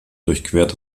durchquert